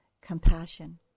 compassion